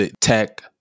tech